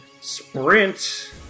sprint